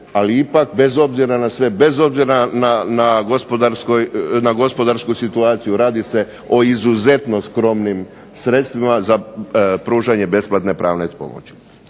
ali ipak bez obzira na sve, bez obzira na gospodarsku situaciju. Radi se o izuzetno skromnim sredstvima za pružanje besplatne pravne pomoći.